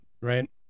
Right